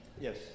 Yes